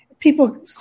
People